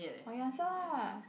or you answer ah